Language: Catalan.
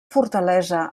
fortalesa